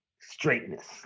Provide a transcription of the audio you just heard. straightness